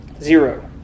Zero